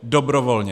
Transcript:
Dobrovolně.